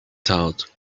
thought